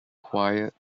quiet